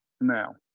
Now